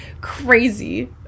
crazy